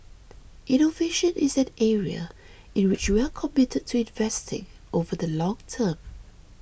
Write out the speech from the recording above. innovation is an area in which we are committed to investing over the long term